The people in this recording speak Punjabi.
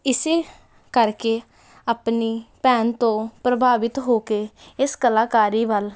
ਇਸ ਕਰਕੇ ਆਪਣੀ ਭੈਣ ਤੋਂ ਪ੍ਰਭਾਵਿਤ ਹੋ ਕੇ ਇਸ ਕਲਾਕਾਰੀ ਵੱਲ